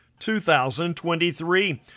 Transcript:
2023